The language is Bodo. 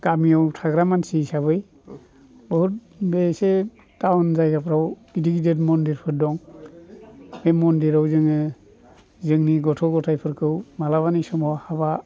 गामियाव थाग्रा मानसि हिसाबै बुहुद बे एसे टाउन जायगाफोराव गिदिर गिदिर मन्दिरफोर दं बे मन्दिराव जोङो जोंनि गथ' गथायफोरखौ माब्लाबानि समाव हाबा